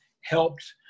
helped